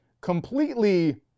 completely